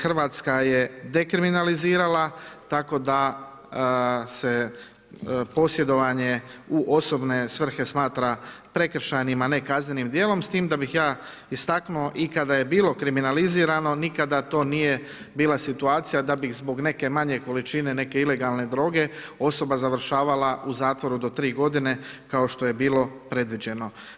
Hrvatska je dekriminalizirala tako da se posjedovanje u osobne svrhe smatra prekršajnim, a ne kaznenim djelom, s tim da bih ja istaknuo i kada je bilo kriminalizirano, nikada to nije bilo situacija da bi zbog neke manje količine neke ilegalne droge osoba završavala u zatvoru do 3 godine, kao što je bilo predviđeno.